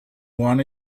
want